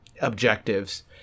objectives